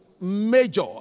major